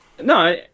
No